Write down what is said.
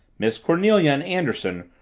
miss cornelia and anderson,